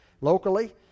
locally